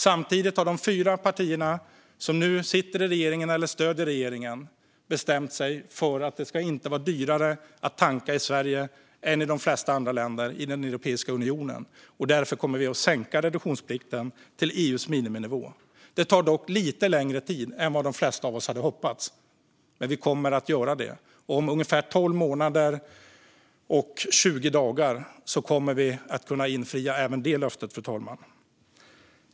Samtidigt har de fyra partier som nu sitter i regeringen eller stöder regeringen bestämt sig för att det inte ska vara dyrare att tanka i Sverige än i de flesta andra länder i Europeiska unionen. Därför kommer vi att sänka reduktionsplikten till EU:s miniminivå. Det tar dock lite längre tid än de flesta av oss hade hoppats, men vi kommer att göra det. Om ungefär 12 månader och 20 dagar kommer vi att kunna infria även detta löfte, fru talman.